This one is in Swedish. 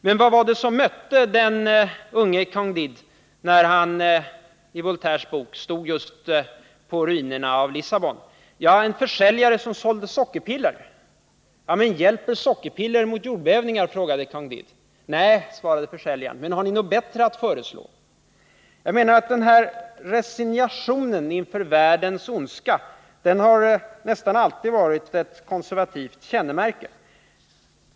Men vad var det som mötte den unge Candide när han i Voltaires bok stod just på ruinerna av Lissabon? Jo, en försäljare som sålde sockerpiller. Men, hjälper sockerpiller mot jordbävningar? frågade Candide. Nej, svarade försäljaren, men har ni något bättre att föreslå? Jag menar att den här resignationen inför världens ondska nästan alltid har varit ett konservativt kännemärke.